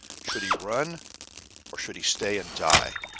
should he run or should he stay and die?